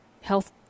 health